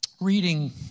reading